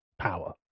power